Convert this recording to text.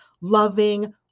loving